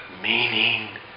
meaning